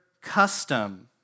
custom